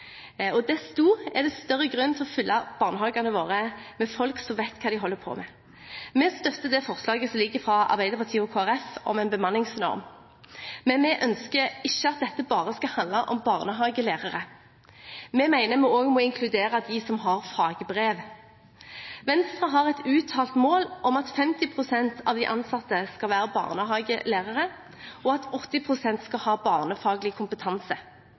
hva de holder på med. Vi støtter det forslaget som foreligger fra Arbeiderpartiet og Kristelig Folkeparti om en bemanningsnorm, men vi ønsker ikke at dette bare skal handle om barnehagelærere. Vi mener vi også må inkludere dem som har fagbrev. Venstre har et uttalt mål om at 50 pst. av de ansatte skal være barnehagelærere, og at 80 pst. skal ha barnefaglig kompetanse.